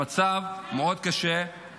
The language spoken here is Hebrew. המצב מאוד קשה -- תודה רבה.